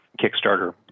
Kickstarter